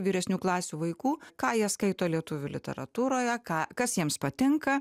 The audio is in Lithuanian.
vyresnių klasių vaikų ką jie skaito lietuvių literatūroje ką kas jiems patinka